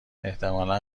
احتمالا